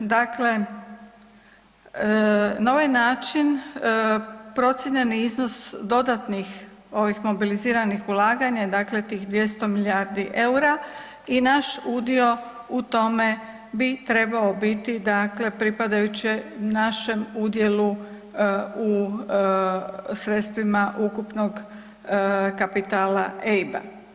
Dakle, na ovaj način procijenjeni iznos dodatnih mobiliziranih ulaganja je tih 200 milijardi eura i naš udio u tome bi trebao biti pripadajuće našem udjelu u sredstvima ukupnog kapitala EIB-a.